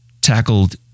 tackled